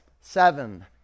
seven